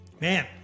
Man